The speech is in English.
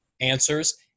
answers